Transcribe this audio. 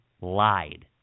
lied